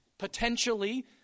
potentially